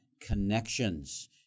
Connections